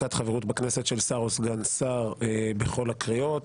(הפסקת חברות בכנסת של שר או סגן שר) בכל הקריאות.